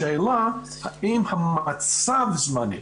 השאלה האם המצב הוא זמני.